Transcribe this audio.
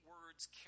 words